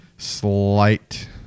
slight